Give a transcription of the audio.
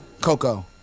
Coco